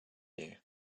you